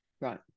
Right